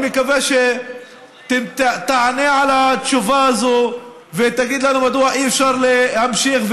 אני מקווה שתענה על השאלה הזאת ותגיד לנו מדוע אי-אפשר להמשיך.